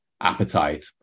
appetite